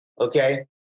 okay